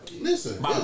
listen